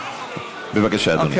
בבקשה, אדוני.